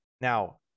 Now